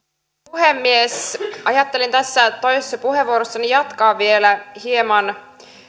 puhemies ajattelin tässä toisessa puheenvuorossani jatkaa vielä hieman